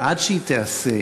ועד שהיא תיעשה,